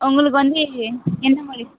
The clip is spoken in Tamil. உங்களுக்கு வந்து என்ன மாதிரி